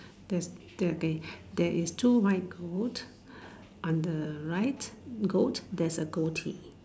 there's there they there is two right goat on the right goat there's a goatee